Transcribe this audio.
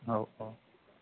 औ औ